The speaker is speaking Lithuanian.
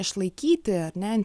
išlaikyti ar ne